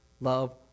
love